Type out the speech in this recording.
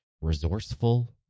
resourceful